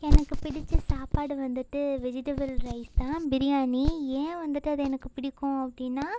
எனக்கு பிடிச்ச சாப்பாடு வந்துட்டு வெஜிடபிள் ரைஸ் தான் பிரியாணி ஏன் வந்துட்டு அது எனக்கு பிடிக்கும் அப்படின்னா